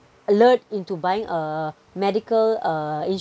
alert into buying a medical uh